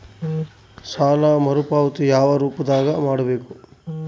ಸಾಲ ಮರುಪಾವತಿ ಯಾವ ರೂಪದಾಗ ಮಾಡಬೇಕು?